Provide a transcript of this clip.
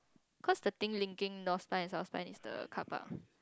cause the thing linking north time and suspend is the car park